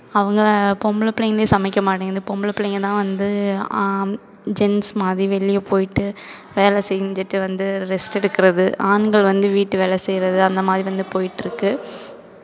அவங்க பொம்பளைப் பிள்ளைகளே சமைக்க மாட்டேங்குது பொம்பளப் பிள்ளைங்கள் தான் வந்து ஜென்ஸ் மாதிரி வெளியே போய்ட்டு வேலை செஞ்சுட்டு வந்து ரெஸ்ட்டெடுக்கிறது ஆண்கள் வந்து வீட்டு வேலை செய்கிறது அந்தமாதிரி வந்து போய்ட்டுருக்கு